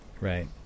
Right